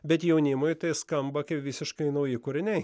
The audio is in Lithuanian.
bet jaunimui tai skamba kaip visiškai nauji kūriniai